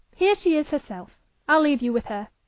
here she is herself i'll leave you with her.